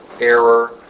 error